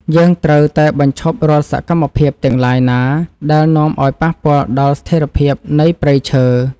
យើងត្រូវតែបញ្ឈប់រាល់សកម្មភាពទាំងឡាយណាដែលនាំឱ្យប៉ះពាល់ដល់ស្ថិរភាពនៃព្រៃឈើ។